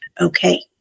okay